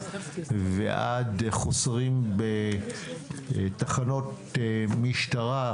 ועד חוסרים בתחנות משטרה,